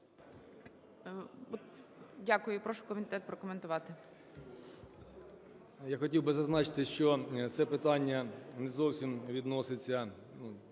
Дякую. І прошу комітет прокоментувати.